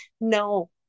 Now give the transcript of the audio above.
No